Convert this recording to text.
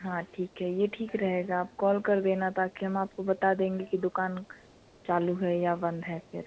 हाँ ठीक है ये ठीक रहेगा आप कॉल कर देना ताकि हम आपको बता देंगे कि दुकान चालू है या बंद है फिर